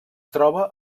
troba